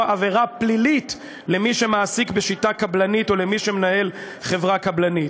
עבירה פלילית למי שמעסיק בשיטה קבלנית ולמי שמנהל חברה קבלנית.